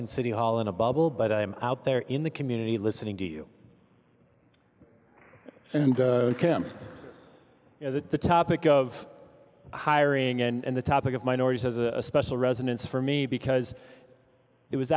in city hall in a bubble but i'm out there in the community listening to you and kim you know that the topic of hiring and the topic of minorities has a special resonance for me because it was